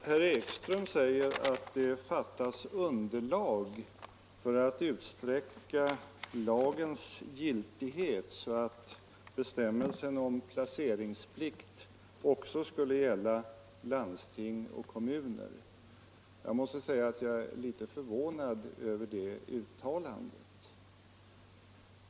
Herr talman! Herr Ekström säger att det fattas underlag för att utsträcka lagens giltighet så att bestämmelsen om placeringsplikt också skall gälla landsting och kommuner. Jag är litet förvånad över det uttalandet.